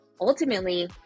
ultimately